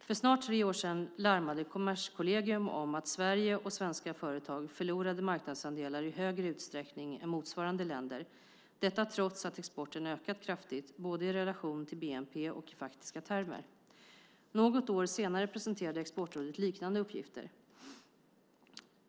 För snart tre år sedan larmade Kommerskollegium om att Sverige och svenska företag förlorade marknadsandelar i högre utsträckning än motsvarande länder, detta trots att exporten ökat kraftigt både i relation till bnp och i faktiska termer. Något år senare presenterade Exportrådet liknande uppgifter.